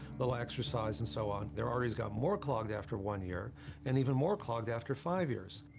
little exercise and so on, their arteries got more clogged after one year and even more clogged after five years.